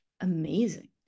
amazing